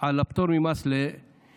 על הפטור ממס לנכים,